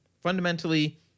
Fundamentally